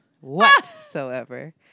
Whatsoever